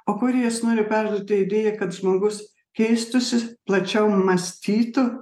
o kūrėjas nori perduoti idėją kad žmogus keistųsi plačiau mąstytų